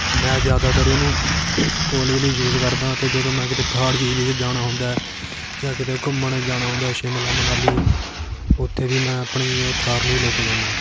ਮੈਂ ਜ਼ਿਆਦਾਤਰ ਇਹਨੂੰ ਕੋਲੇਜ ਲਈ ਯੂਜ਼ ਕਰਦਾਂ ਅਤੇ ਜਦੋਂ ਮੈਂ ਕਿਤੇ ਪਹਾੜੀ ਏਰੀਏ 'ਚ ਜਾਣਾ ਹੁੰਦਾ ਜਾਂ ਕਿਤੇ ਘੁੰਮਣ ਜਾਣਾ ਹੁੰਦਾ ਸ਼ਿਮਲਾ ਮਨਾਲੀ ਉੱਥੇ ਵੀ ਮੈਂ ਆਪਣੀ ਇਹ ਥਾਰ ਨੂੰ ਹੀ ਲੈ ਕੇ ਜਾਂਦਾ